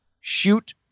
shoot